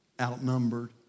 outnumbered